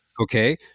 Okay